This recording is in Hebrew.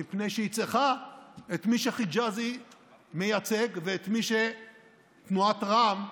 מפני שהיא צריכה את מי שחיג'אזי מייצג ואת מי שתנועת רע"מ מובילה.